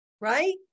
right